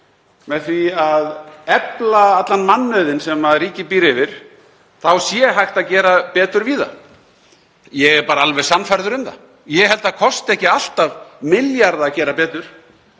með því að efla allan mannauðinn sem ríkið býr yfir þá sé hægt að gera betur víða. Ég er bara alveg sannfærður um það. Ég held að það kosti ekki alltaf milljarða að gera betur.